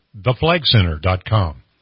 theflagcenter.com